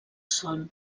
sol